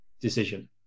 decision